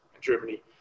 Germany